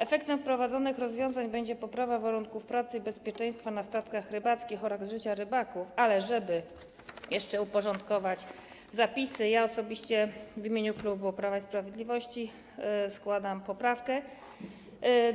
Efektem wprowadzonych rozwiązań będzie poprawa warunków pracy i bezpieczeństwa na statkach rybackich oraz życia rybaków, ale żeby jeszcze uporządkować zapisy, ja osobiście w imieniu klubu Prawa i Sprawiedliwości składam poprawkę